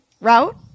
route